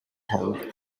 held